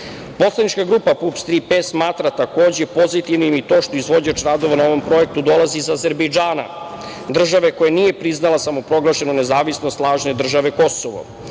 BiH.Poslanička grupa PUPS – „Tri P“ smatra takođe, pozitivnim i to što izvođač radova na ovom projektu dolazi iz Azerbejdžana, države koja nije priznala samoproglašenu nezavisnost lažne države Kosovo.